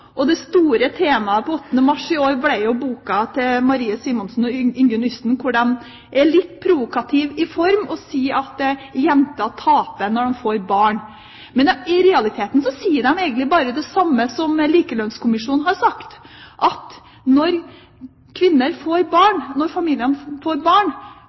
mars. Det store temaet 8. mars i år ble boka til Marie Simonsen og Ingunn Yssen, der de er litt provokative i form og sier at jenter taper når de får barn. I realiteten sier de egentlig bare det samme som Likelønnskommisjonen har sagt: Når familier får barn,